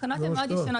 התקנות הן מאוד ישנות,